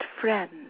friend